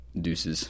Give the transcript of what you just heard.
Deuces